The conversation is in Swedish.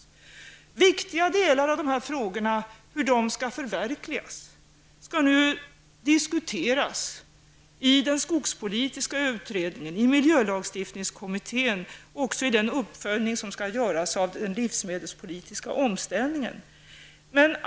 Hur viktiga delar av dessa målsättningar skall förverkligas skall nu diskuteras i den skogspolitiska utredningen, i miljölagstiftningskommittén och även i den uppföljning som skall göras av den livsmedelspolitiska omställningen.